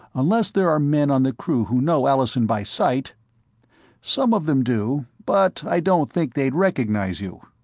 unless there are men on the crew who know allison by sight some of them do, but i don't think they'd recognize you.